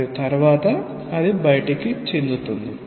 మరియు తరువాత అది బయటికి వస్తాయి